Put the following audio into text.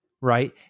right